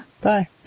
Bye